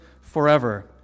forever